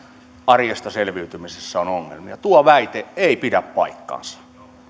arjesta selviytymisessä on on ongelmia tuo väite ei pidä paikkaansa